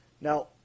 Now